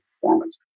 performance